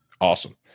Awesome